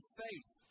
faith